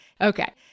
Okay